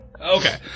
Okay